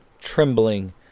trembling